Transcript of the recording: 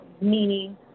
meaning